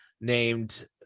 named